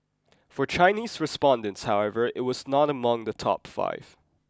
for Chinese respondents however it was not among the top five